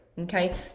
Okay